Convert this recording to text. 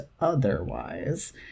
otherwise